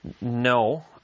No